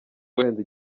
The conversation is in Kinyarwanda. wenda